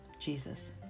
Jesus